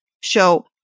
show